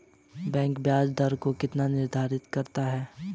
Bank ब्याज दर को निर्धारित कौन करता है?